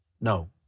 No